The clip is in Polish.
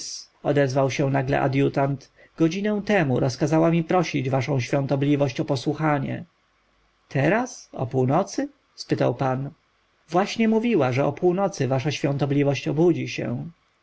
odezwał się nagle adjutant godzinę temu rozkazała mi prosić waszą świątobliwość o posłuchanie teraz o północy spytał pan właśnie mówiła że o północy wasza świątobliwość obudzi się